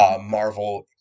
Marvel